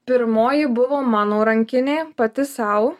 pirmoji buvo mano rankinė pati sau